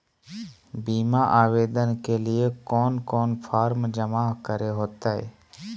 बीमा आवेदन के लिए कोन कोन फॉर्म जमा करें होते